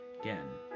again